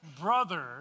brother